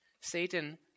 Satan